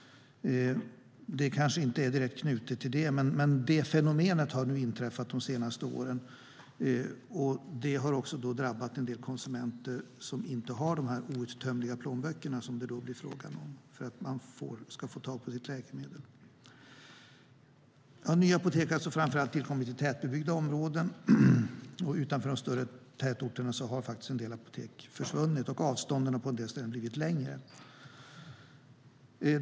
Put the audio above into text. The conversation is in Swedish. Det är kanske inte direkt knutet till det, men det fenomenet har uppstått under de senaste åren. Det har drabbat en del konsumenter som inte har de outtömliga plånböckerna, som det då blir fråga om, för att få tag på sitt läkemedel. Nya apotek har framför allt tillkommit i tätbebyggda områden. Utanför de större tätorterna har en del apotek försvunnit och avstånden har på vissa håll blivit längre.